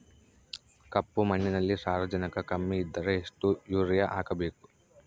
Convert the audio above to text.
ಕಪ್ಪು ಮಣ್ಣಿನಲ್ಲಿ ಸಾರಜನಕ ಕಮ್ಮಿ ಇದ್ದರೆ ಎಷ್ಟು ಯೂರಿಯಾ ಹಾಕಬೇಕು?